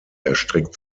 erstreckt